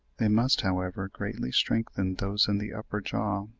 they must, however, greatly strengthen those in the upper jaw,